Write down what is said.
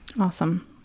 Awesome